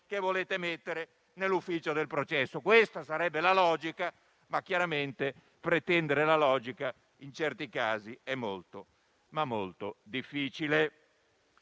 che volete mettere nell'ufficio del processo. Questo vorrebbe la logica, ma pretendere la logica in certi casi è davvero molto difficile.